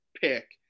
pick